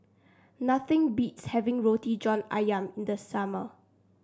nothing beats having Roti John ayam in the summer